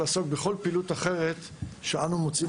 לעסוק בכל פעילות אחרת שאנחנו מוצאים